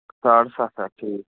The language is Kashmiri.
ساڑ سَتھ ہَتھ ٹھیٖک